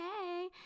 hey